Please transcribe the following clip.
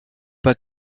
pas